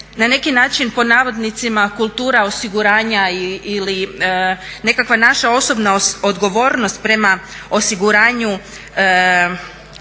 na neki način pod navodnicima kultura osiguranja ili nekakva naša osobna odgovornost prema osiguranju